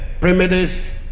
primitive